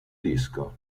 disco